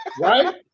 Right